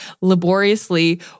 laboriously